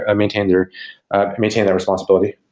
ah maintain their maintain their responsibility.